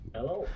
Hello